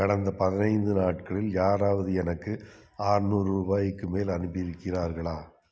கடந்த பதினைந்து நாட்களில் யாராவது எனக்கு ஆறநூறு ரூபாய்க்கு மேல் அனுப்பி இருக்கிறார்களா